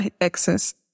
access